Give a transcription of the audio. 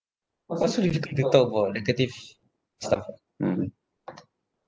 why so difficult to talk about negative stuff ah